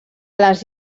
les